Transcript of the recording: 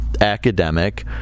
academic